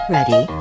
Ready